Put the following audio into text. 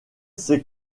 c’est